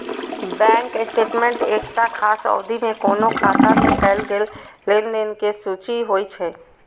bank statement एकटा खास अवधि मे कोनो खाता मे कैल गेल लेनदेन के सूची होइ छै